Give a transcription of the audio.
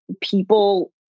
people